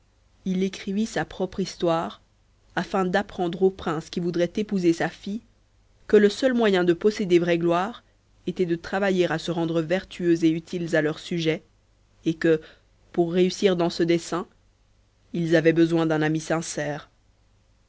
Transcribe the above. il écrivit sa propre histoire afin d'apprendre aux princes qui voudraient épouser sa fille que le seul moyen de posséder vraie gloire était de travailler à se rendre vertueux et utiles à leurs sujets et que pour réussir dans ce dessein ils avaient besoin d'un ami sincère